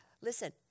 Listen